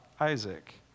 Isaac